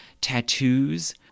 tattoos